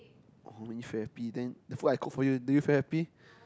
you make me feel happy then the food I cook for you do you feel happy